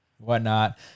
whatnot